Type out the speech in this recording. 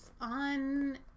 on